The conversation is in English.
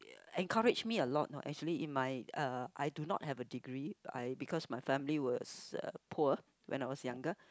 encourage me a lot know actually in my uh I do not have a degree but I because my family was uh poor when I was younger